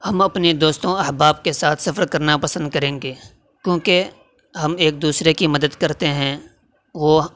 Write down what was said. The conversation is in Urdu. ہم اپنے دوستوں احباب کے ساتھ سفر کرنا پسند کریں گے کیونکہ ہم ایک دوسرے کی مدد کرتے ہیں وہ